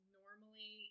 normally